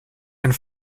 and